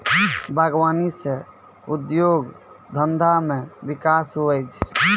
बागवानी से उद्योग धंधा मे बिकास हुवै छै